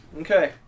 Okay